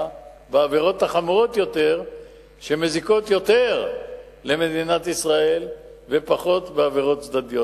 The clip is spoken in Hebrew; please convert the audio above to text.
בעבירות החמורות יותר שמזיקות יותר למדינת ישראל ופחות בעבירות צדדיות.